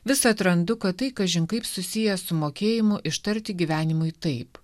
vis atrandu kad tai kažin kaip susiję su mokėjimu ištarti gyvenimui taip